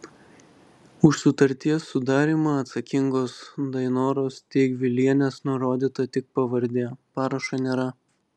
už sutarties sudarymą atsakingos dainoros steigvilienės nurodyta tik pavardė parašo nėra